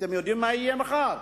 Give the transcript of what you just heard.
אתם יודעים מה יהיה מחר?